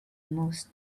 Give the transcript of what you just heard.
most